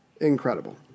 incredible